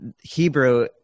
Hebrew